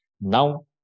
Now